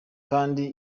kandi